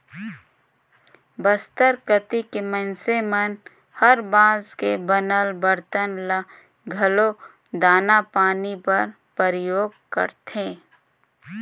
बस्तर कति के मइनसे मन हर बांस के बनल बरतन ल घलो दाना पानी बर परियोग करथे